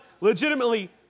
legitimately